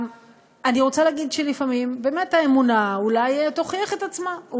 אני רוצה להגיד שלפעמים באמת האמונה אולי תוכיח את עצמה,